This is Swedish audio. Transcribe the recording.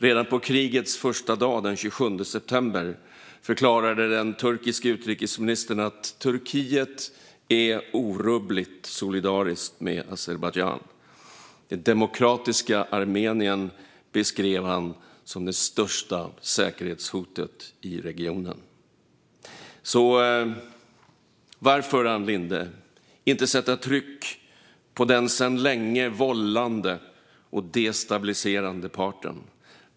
Redan på krigets första dag, den 27 september, förklarade den turkiske utrikesministern att Turkiet är orubbligt solidariskt med Azerbajdzjan. Det demokratiska Armenien beskrev han som det största säkerhetshotet i regionen. Så varför, Ann Linde, inte sätta tryck på den sedan länge vållande och destabiliserande parten?